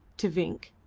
to vinck,